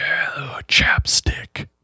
chapstick